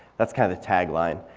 that's kind of the tag line.